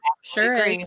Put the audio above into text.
sure